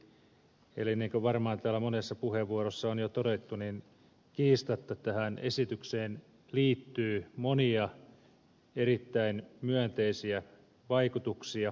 niin kuin varmaan täällä monessa puheenvuorossa on jo todettu niin kiistatta tähän esitykseen liittyy monia erittäin myönteisiä vaikutuksia